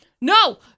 No